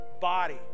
body